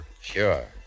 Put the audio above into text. Sure